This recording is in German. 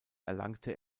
erlangte